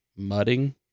mudding